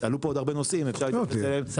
עלו פה עוד הרבה נושאים, אפשר להתייחס אליהם.